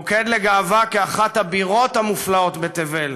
מוקד לגאווה כאחת הבירות המופלאות בתבל.